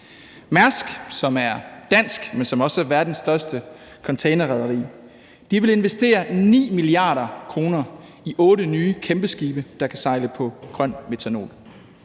Mærsk, som er dansk, men som også er verdens største containerrederi, vil investere 9 mia. kr. i otte nye kæmpeskibe, der kan sejle på grøn metanol.